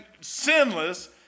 sinless